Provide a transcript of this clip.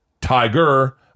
Tiger